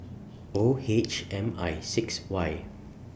O H M I six Y